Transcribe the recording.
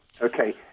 Okay